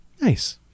Nice